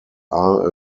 are